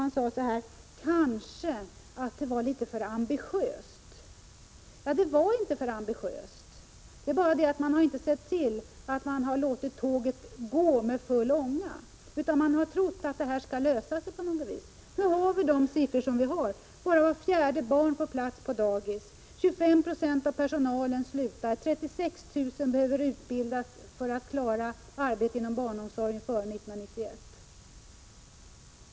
Han sade att beslutet kanske var för ambitiöst. Det var inte för ambitiöst. Det är bara det att man inte har låtit tåget gå för full ånga utan man har trott att allt skall lösa sig på något vis. Nu har vi siffror som att bara vart fjärde barn får plats på 67 dagis, att 25 26 av personalen slutar, att 36 000 behöver utbildas före 1991 för att klara arbetet inom barnomsorgen.